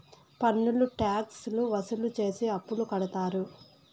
పన్నులు ట్యాక్స్ లు వసూలు చేసి అప్పులు కడతారు